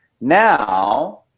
Now